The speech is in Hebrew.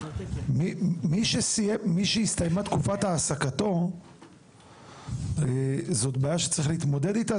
מי שהסתיימה תקופת העסקתו זו בעיה שצריך להתמודד איתה,